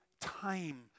time